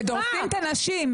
ודורסים את הנשים.